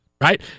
right